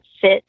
fit